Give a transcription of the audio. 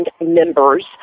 members